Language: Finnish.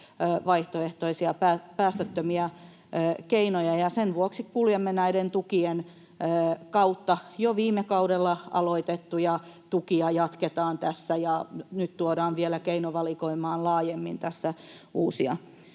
vaihtoehtoisia päästöttömiä keinoja, ja sen vuoksi kuljemme näiden tukien kautta. Jo viime kaudella aloitettuja tukia jatketaan tässä, ja nyt tässä tuodaan keinovalikoimaan vielä laajemmin uusia